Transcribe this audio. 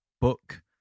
book